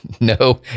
No